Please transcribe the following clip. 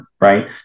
right